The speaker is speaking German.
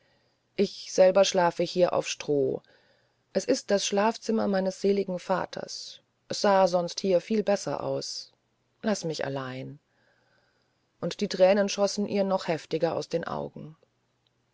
ich selber schlafe hier auf stroh es ist das schlafzimmer meines seligen vaters es sah sonst hier viel besser aus laß mich allein und die tränen schossen ihr noch heftiger aus den augen